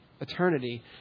eternity